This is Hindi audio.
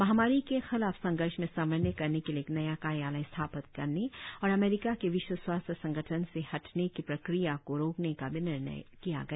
महामारी के खिलाफ संघर्ष में समन्वय करने के लिए एक नया कार्यालय स्थापित करने और अमरीका के विश्व स्वास्थ्य संगठन से हटने की प्रक्रिया को रोकने का भी निर्णय किया गया